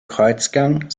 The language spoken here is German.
kreuzgang